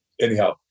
anyhow